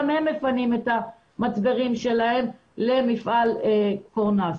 הם מפנים את המצברים שלהם למפעל קורנס.